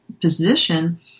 position